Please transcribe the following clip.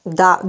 da